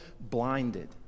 blinded